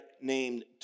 named